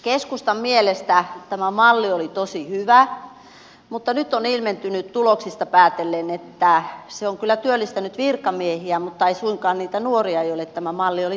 keskustan mielestä tämä malli oli tosi hyvä mutta nyt on ilmennyt tuloksista päätellen että se on kyllä työllistänyt virkamiehiä mutta ei suinkaan niitä nuoria joille tämä malli oli tarkoitettu